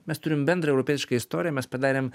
mes turim bendrą europietišką istoriją mes padarėm